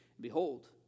behold